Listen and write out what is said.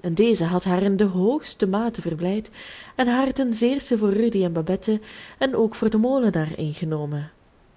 en deze had haar in de hoogste mate verblijd en haar ten zeerste voor rudy en babette en ook voor den molenaar ingenomen